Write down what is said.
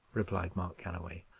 replied mark galloway.